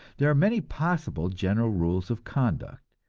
there are many possible general rules of conduct.